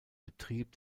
betrieb